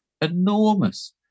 Enormous